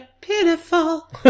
pitiful